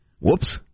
Whoops